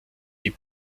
die